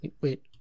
Wait